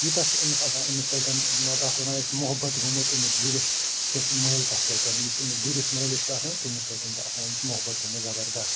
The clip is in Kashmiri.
یوٗتاہ چھُ أمِس آسان أمِس سۭتۍ تتھ وَنان أسۍ محبت گوٚمُت أمِس گُرِس کِس مٲلکَس سۭتۍ یُس أمس گُرِس مٲلِس چھُ آسان تٔمِس سۭتۍ چھُ آسان أمس محبت گوٚمُت زبردست